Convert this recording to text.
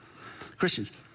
Christians